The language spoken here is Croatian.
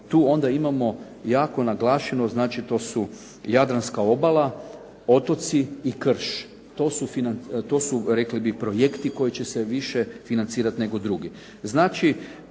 tu onda imamo jako naglašeno, znači to su Jadranska obala, otoci i krš. To su rekli bi projekti koji će se više financirati nego drugi.